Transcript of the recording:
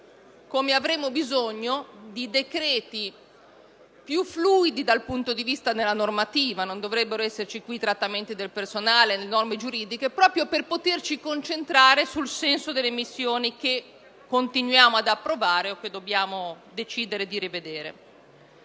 come avremmo bisogno di decreti più fluidi dal punto di vista della normativa. Non dovrebbero esserci norme giuridiche sul trattamento del personale, proprio per poterci concentrare sul senso delle missioni che continuiamo ad approvare e che dobbiamo decidere di rivedere.